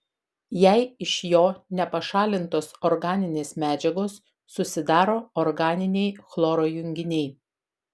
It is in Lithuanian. jei iš jo nepašalintos organinės medžiagos susidaro organiniai chloro junginiai